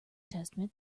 testament